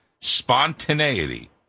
Spontaneity